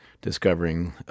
discovering